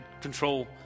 control